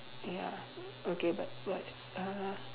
ya okay but what uh